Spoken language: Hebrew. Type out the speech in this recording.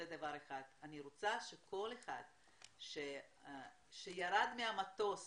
היא אחת - אני רוצה שכל אחד שירד מהמטוס